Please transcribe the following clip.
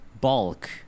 bulk